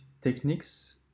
techniques